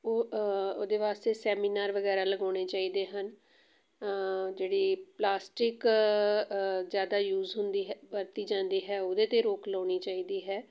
ਉਹ ਉਹਦੇ ਵਾਸਤੇ ਸੈਮੀਨਾਰ ਵਗੈਰਾ ਲਗਾਉਣੇ ਚਾਹੀਦੇ ਹਨ ਜਿਹੜੀ ਪਲਾਸਟਿਕ ਜ਼ਿਆਦਾ ਯੂਜ ਹੁੰਦੀ ਹੈ ਵਰਤੀ ਜਾਂਦੀ ਹੈ ਉਹਦੇ 'ਤੇ ਰੋਕ ਲਾਉਣੀ ਚਾਹੀਦੀ ਹੈ